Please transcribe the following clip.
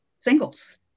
singles